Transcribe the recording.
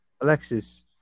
Alexis